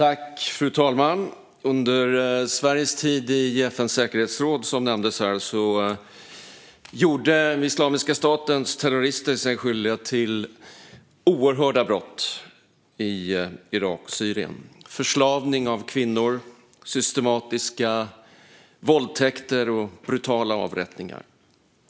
Fru talman! Under Sveriges tid i FN:s säkerhetsråd, som nämndes här, gjorde Islamiska statens terrorister sig skyldiga till oerhörda brott i Irak och Syrien såsom förslavning av kvinnor, systematiska våldtäkter och brutala avrättningar.